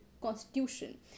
Constitution